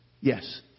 Yes